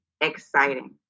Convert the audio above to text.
exciting